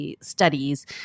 studies